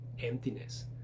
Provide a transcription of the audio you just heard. emptiness